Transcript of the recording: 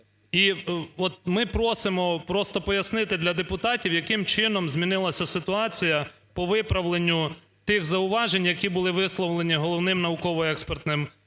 ми просимо просто пояснити для депутатів, яким чином змінилася ситуація по виправленню тих зауважень, які були висловлені Головним науково-експертним щодо